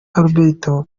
alberto